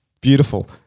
Beautiful